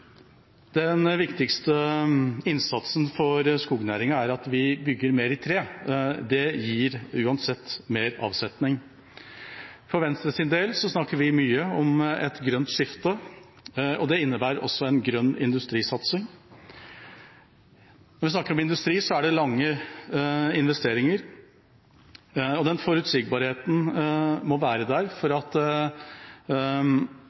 tre. Det gir uansett mer avsetning. For Venstres del snakker vi mye om et grønt skifte, og det innebærer også en grønn industrisatsing. Når vi snakker om industri, er det langsiktige investeringer. Den forutsigbarheten må være der for